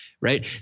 Right